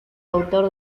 autor